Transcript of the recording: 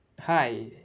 Hi